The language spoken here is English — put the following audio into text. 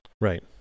right